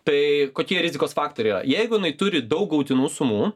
tai kokie rizikos faktoriai jeigu jinai turi daug gautinų sumų